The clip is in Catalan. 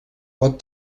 pot